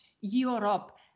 Europe